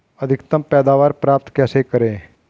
अधिकतम पैदावार प्राप्त कैसे करें?